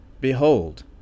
Behold